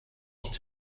nicht